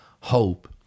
hope